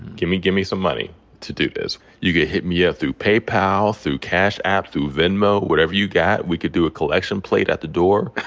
give me give me some money to do this. you could hit me up ah through paypal, through cash app, through venmo, whatever you got. we could do a collection plate at the door.